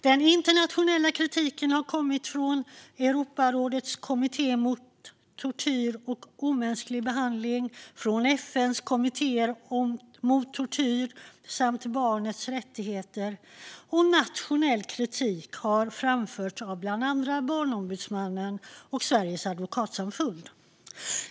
Den internationella kritiken har kommit från Europarådets kommitté mot tortyr och omänsklig behandling och från FN:s kommittéer mot tortyr samt för barnets rättigheter. Och nationell kritik har framförts av bland andra Barnombudsmannen och Sveriges advokatsamfund.